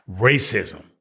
Racism